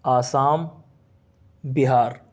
Assam Bihar